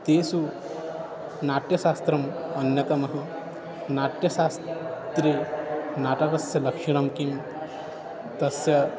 तेषु नाट्यशास्त्रम् अन्यतमः नाट्यशास्त्रे नाटकस्य लक्षणं किं तस्य